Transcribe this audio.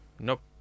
Nope